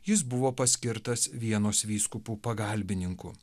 jis buvo paskirtas vienos vyskupu pagalbininku